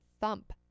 thump